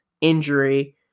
injury